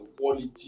quality